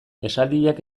esaldiak